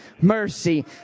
mercy